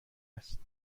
است